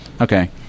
okay